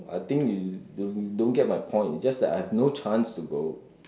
I think you you don't get my point just that I have no chance to go